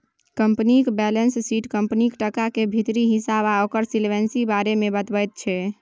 कंपनीक balance sheet कंपनीक टका केर भीतरी हिसाब आ ओकर सोलवेंसी बारे मे बताबैत छै